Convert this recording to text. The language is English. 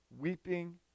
weeping